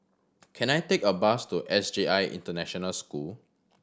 can I take a bus to S J I International School